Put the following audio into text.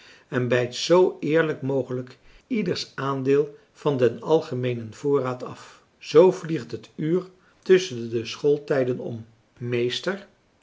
en bijt zoo eerlijk mogelijk ieders aandeel van den algemeenen voorraad af zoo vliegt het uur tusschen de schooltijden om meester